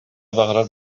баҕарар